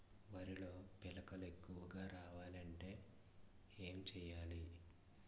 వరిలో పిలకలు ఎక్కువుగా రావాలి అంటే ఏంటి చేయాలి?